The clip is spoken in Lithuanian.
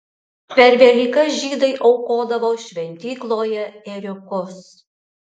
per velykas žydai aukodavo šventykloje ėriukus